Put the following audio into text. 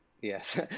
Yes